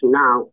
now